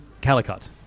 Calicut